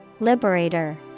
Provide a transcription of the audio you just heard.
Liberator